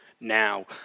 Now